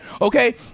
Okay